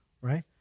right